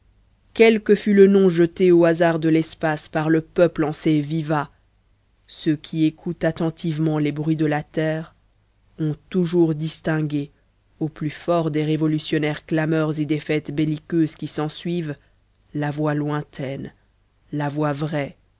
que fût le nom jeté aux hasards de l'espace par le peuple en ses vivats ceux qui écoutent attentivement les bruits de la terre ont toujours distingué au plus fort des révolutionnaires clameurs et des fêtes belliqueuses qui s'ensuivent la voix lointaine la voix vraie